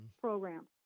program